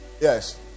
Yes